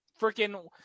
freaking